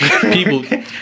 people